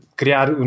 criar